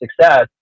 success